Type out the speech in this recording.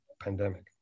pandemic